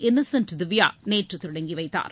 Innocent Divya நேற்று தொடங்கிவைத்தார்